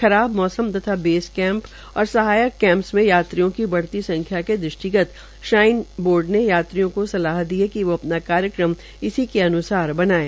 खराब मौसम तथा बेस केंप ओर सहायक कैंप मे यात्रियों की बढ़ती संख्या के दृष्गित श्राइन बोर्ड ने यात्रियों को सलाह दी है कि वे अपना कार्यक्रम इसी के अन्सार बनाये